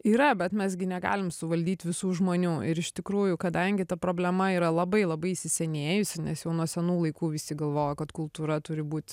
yra bet mes gi negalim suvaldyt visų žmonių ir iš tikrųjų kadangi ta problema yra labai labai įsisenėjusi nes jau nuo senų laikų visi galvojo kad kultūra turi būt